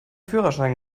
führerschein